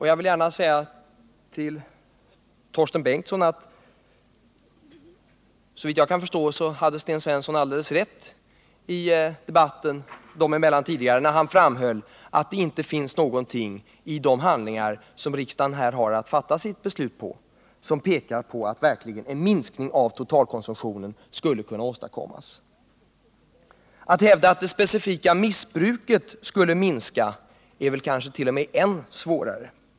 Jag vill gärna säga till Torsten Bengtson att såvitt jag kan förstå hade Sten Svensson alldeles rätt i debatten dem emellan tidigare, när han framhöll att det inte finns någonting i de handlingar som riksdagen här har att fatta sitt beslut på som pekar på att en minskning av totalkonsumtionen skulle kunna åstadkommas. Att hävda att det specifika missbruket skulle kunna minskas är kanske t.o.m. än svårare.